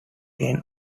gain